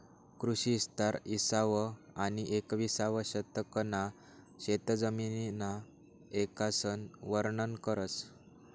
कृषी इस्तार इसावं आनी येकविसावं शतकना शेतजमिनना इकासन वरनन करस